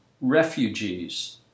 refugees